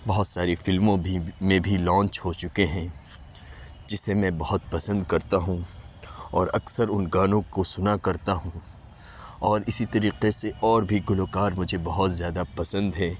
بہت ساری فلموں بھی میں بھی لانچ ہو چکے ہیں جسے میں بہت پسند کرتا ہوں اور اکثر ان گانوں کو سنا کرتا ہوں اور اسی طریقے سے اور بھی گلوکار مجھے بہت زیادہ پسند ہیں